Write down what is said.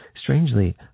Strangely